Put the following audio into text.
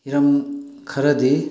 ꯍꯤꯔꯝ ꯈꯔꯗꯤ